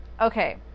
okay